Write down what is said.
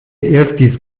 erstis